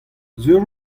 sur